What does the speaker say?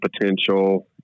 potential